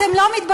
אתם לא מתביישים?